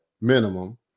minimum